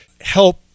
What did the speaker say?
help